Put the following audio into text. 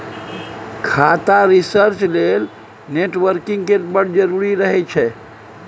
खाता रिसर्च लेल नेटवर्किंग केर बड़ जरुरी रहय छै